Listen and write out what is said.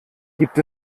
gibt